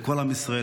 לכל עם ישראל.